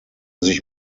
sich